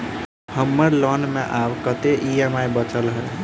हम्मर लोन मे आब कैत ई.एम.आई बचल ह?